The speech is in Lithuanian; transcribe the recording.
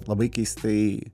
labai keistai